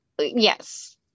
yes